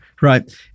Right